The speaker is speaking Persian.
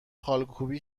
خالکوبی